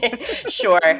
Sure